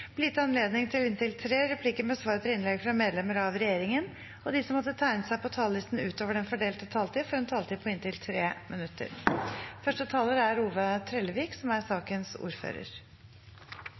gitt anledning til inntil tre replikker med svar etter innlegg fra medlemmer av regjeringen, og de som måtte tegne seg på talerlisten utover den fordelte taletid, får en taletid på inntil 3 minutter.